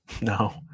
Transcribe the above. No